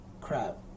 crap